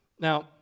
Now